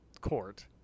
court